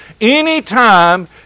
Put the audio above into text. Anytime